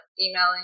emailing